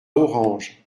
orange